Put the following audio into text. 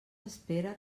espera